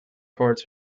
towards